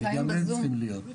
גם הם צריכים להיות.